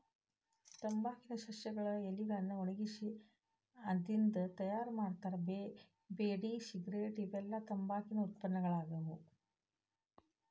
ತಂಬಾಕ್ ನ ಸಸ್ಯಗಳ ಎಲಿಗಳನ್ನ ಒಣಗಿಸಿ ಅದ್ರಿಂದ ತಯಾರ್ ಮಾಡ್ತಾರ ಬೇಡಿ ಸಿಗರೇಟ್ ಇವೆಲ್ಲ ತಂಬಾಕಿನ ಉತ್ಪನ್ನಗಳಾಗ್ಯಾವ